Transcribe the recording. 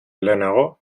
lehenago